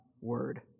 word